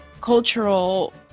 cultural